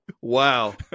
Wow